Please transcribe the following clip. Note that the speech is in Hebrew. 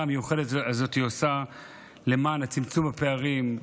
המיוחדת הזאת עושה למען צמצום הפערים,